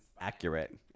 Accurate